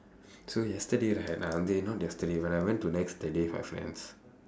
so yesterday right uh not yesterday but I went to nex that day with my friends